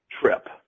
trip